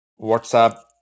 WhatsApp